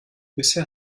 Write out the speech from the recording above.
bisher